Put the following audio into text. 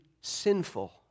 sinful